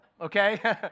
okay